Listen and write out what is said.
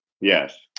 Yes